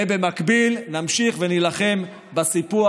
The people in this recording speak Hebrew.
ובמקביל נמשיך ונילחם בסיפוח,